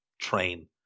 train